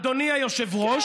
אדוני היושב-ראש,